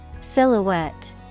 Silhouette